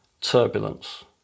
turbulence